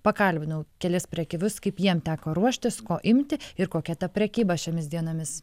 pakalbinau kelis prekeivius kaip jiem teko ruoštis ko imti ir kokia ta prekyba šiomis dienomis